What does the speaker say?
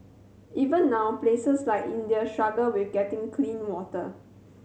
even now places like India struggle with getting clean water